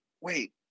wait